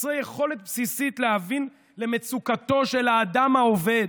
חסרי יכולת בסיסית להבין למצוקתו של האדם העובד,